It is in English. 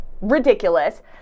ridiculous